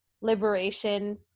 liberation